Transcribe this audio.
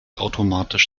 automatisch